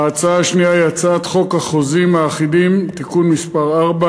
ההצעה השנייה היא הצעת חוק החוזים האחידים (תיקון מס' 4),